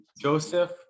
Joseph